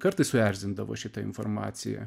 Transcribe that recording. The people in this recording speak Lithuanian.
kartais suerzindavo šita informacija